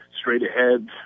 straight-ahead